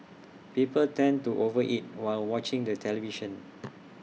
people tend to over eat while watching the television